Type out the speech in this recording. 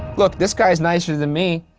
look, this guy's nicer than me.